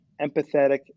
empathetic